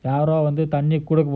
யாரும்தண்ணிகூட:yarum thanni kooda